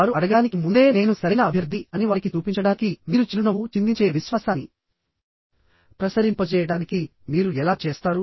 వారు అడగడానికి ముందే నేను సరైన అభ్యర్థి అని వారికి చూపించడానికి మీరు చిరునవ్వు చిందించే విశ్వాసాన్ని ప్రసరింపజేయడానికి మీరు ఎలా చేస్తారు